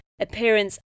appearance